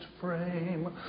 frame